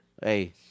Hey